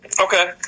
Okay